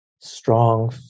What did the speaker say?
strong